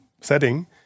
setting